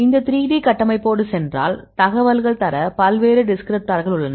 இந்த 3D கட்டமைப்போடு சென்றால் தகவல் தர பல்வேறு டிஸ்கிரிப்டார்கள் உள்ளன